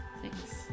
Thanks